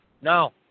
no